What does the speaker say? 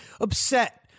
upset